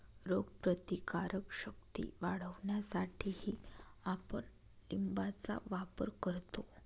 रोगप्रतिकारक शक्ती वाढवण्यासाठीही आपण लिंबाचा वापर करतो